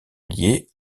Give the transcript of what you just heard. liée